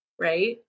right